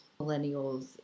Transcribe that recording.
millennials